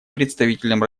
представителем